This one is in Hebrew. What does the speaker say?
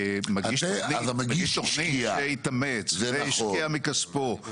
מגיש תוכנית שהתאמץ והשקע מכספו.